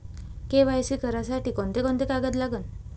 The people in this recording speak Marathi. के.वाय.सी करासाठी कोंते कोंते कागद लागन?